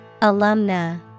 Alumna